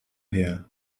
her